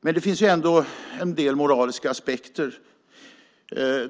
Men det finns ändå en del moraliska aspekter.